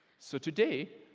so today,